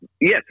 yes